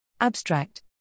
Abstract